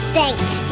Thanks